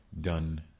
done